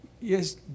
Yes